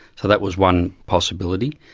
so that was one possibility.